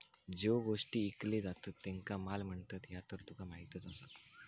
ज्यो गोष्टी ईकले जातत त्येंका माल म्हणतत, ह्या तर तुका माहीतच आसा